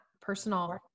personal